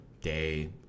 day